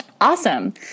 awesome